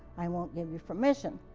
i won't give you permission.